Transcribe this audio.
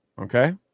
Okay